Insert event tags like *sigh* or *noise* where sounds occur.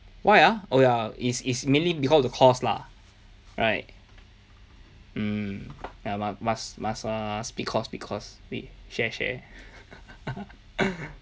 why ah oh ya is is mainly because of the cost lah right mm ya but must must err split cost split cost we share share *laughs*